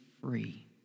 free